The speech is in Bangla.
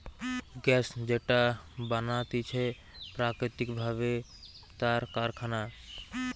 গ্যাস যেটা বানাতিছে প্রাকৃতিক ভাবে তার কারখানা